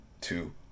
two